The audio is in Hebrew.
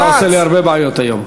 אתה עושה לי הרבה בעיות היום.